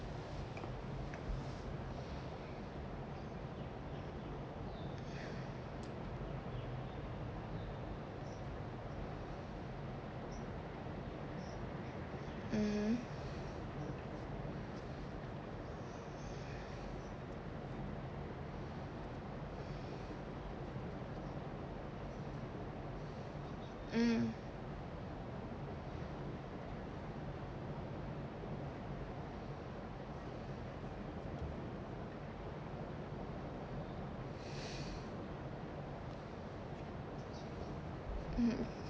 mmhmm mm mm